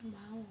!wow!